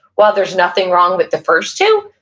while there's nothing wrong with the first two,